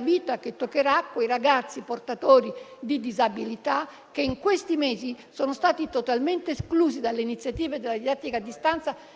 vita che toccherà ai ragazzi portatori di disabilità, che in questi mesi sono stati totalmente esclusi dalle iniziative della didattica a distanza.